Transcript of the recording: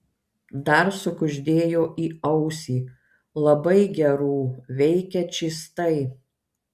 dar sukuždėjo į ausį labai gerų veikia čystai